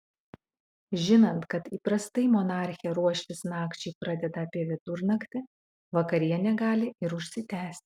žinant kad įprastai monarchė ruoštis nakčiai pradeda apie vidurnaktį vakarienė gali ir užsitęsti